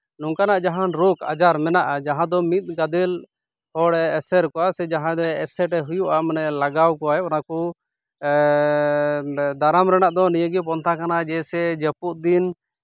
ᱱᱚᱝᱠᱟᱱᱟᱜ ᱡᱟᱦᱟᱸ ᱨᱳᱜᱽ ᱟᱡᱟᱨ ᱢᱮᱱᱟᱜᱼᱟ ᱡᱟᱦᱟᱸ ᱫᱚ ᱢᱤᱫ ᱜᱟᱫᱮᱞ ᱦᱚᱲ ᱮᱥᱮᱨ ᱠᱚᱣᱟ ᱥᱮ ᱡᱟᱦᱟᱸ ᱫᱚ ᱮᱥᱮᱴᱮ ᱦᱩᱭᱩᱜᱼᱟ ᱢᱟᱱᱮ ᱞᱟᱜᱟᱣ ᱠᱚᱣᱟᱭ ᱚᱱᱟᱠᱩ ᱫᱟᱨᱟᱢ ᱨᱮᱱᱟᱜ ᱫᱚ ᱱᱤᱭᱟᱹ ᱜᱮ ᱯᱚᱱᱛᱷᱟ ᱠᱟᱱᱟ ᱡᱮ ᱥᱮ ᱡᱟᱹᱯᱩᱫ ᱫᱤᱱ